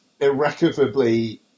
irrecoverably